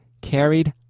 carried